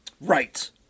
Right